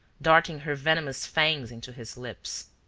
darting her venomous fangs into his lips.